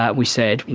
ah we said,